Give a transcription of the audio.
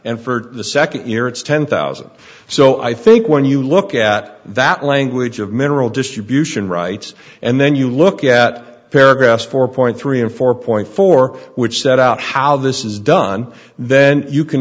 and for the second year it's ten thousand so i think when you look at that language of mineral distribution rights and then you look at paragraph four point three and four point four which set out how this is done then you can